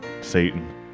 Satan